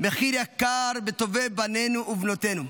מחיר יקר בטובי בנינו ובנותינו.